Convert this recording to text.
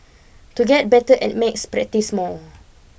to get better at math practise more